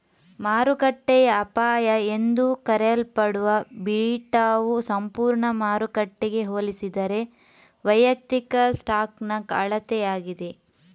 ಮಾರುಕಟ್ಟೆಯ ಅಪಾಯ ಎಂದೂ ಕರೆಯಲ್ಪಡುವ ಬೀಟಾವು ಸಂಪೂರ್ಣ ಮಾರುಕಟ್ಟೆಗೆ ಹೋಲಿಸಿದರೆ ವೈಯಕ್ತಿಕ ಸ್ಟಾಕ್ನ ಅಳತೆಯಾಗಿದೆ